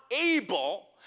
able